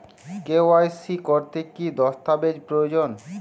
KYC করতে কি দস্তাবেজ প্রয়োজন?